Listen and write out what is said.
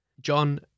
John